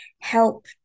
help